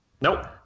Nope